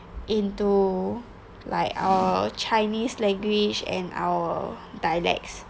into like uh chinese language and our dialects